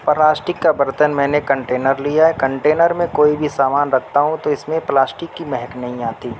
plastic کا برتن میں نے کنٹینر لیا ہے کنٹینر میں کوئی بھی ساماں رکھتا ہوں تو اس میں پلاسٹک کی مہک نہیں آتی